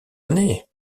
années